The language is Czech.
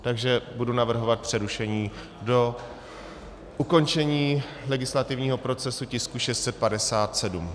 Takže budu navrhovat přerušení do ukončení legislativního procesu tisku 657.